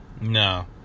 No